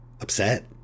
upset